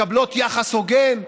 מקבלות יחס הוגן,